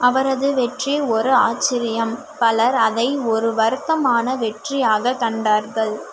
அவரது வெற்றி ஒரு ஆச்சரியம் பலர் அவை ஒரு வருத்தமான வெற்றியாக கண்டார்கள்